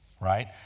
Right